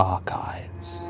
Archives